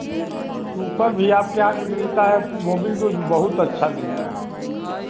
super भी आपके यहाँ के मिलता है मोबिल तो जो बहुत अच्छा मिलता है